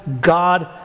God